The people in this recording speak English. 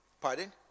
Pardon